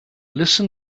listen